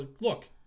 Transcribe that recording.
look